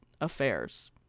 affairs